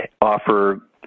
offer